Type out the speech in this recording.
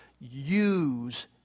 use